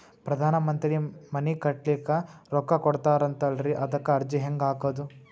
ಪ್ರಧಾನ ಮಂತ್ರಿ ಮನಿ ಕಟ್ಲಿಕ ರೊಕ್ಕ ಕೊಟತಾರಂತಲ್ರಿ, ಅದಕ ಅರ್ಜಿ ಹೆಂಗ ಹಾಕದು?